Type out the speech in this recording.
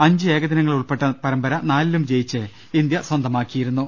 അഞ്ച് ഏകദിനങ്ങൾ ഉൾപ്പെട്ട പരമ്പ നാലിലും ജയിച്ച് ഇന്ത്യ സ്വന്തമാക്കിയിരു ന്നു